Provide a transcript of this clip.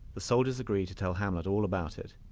the soldiers agree to tell hamlet all about it.